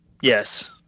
Yes